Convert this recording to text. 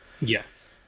Yes